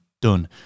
Done